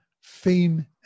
fame